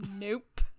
Nope